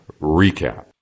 recap